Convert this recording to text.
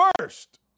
First